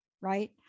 right